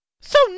So